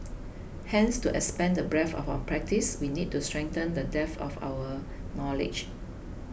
hence to expand the breadth of our practice we need to strengthen the depth of our knowledge